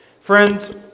Friends